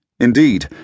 Indeed